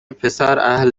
پسراهل